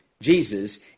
Jesus